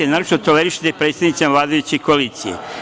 Naročito tolerišete predstavnicima vladajuće koalicije.